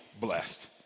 blessed